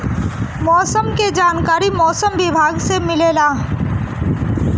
मौसम के जानकारी मौसम विभाग से मिलेला?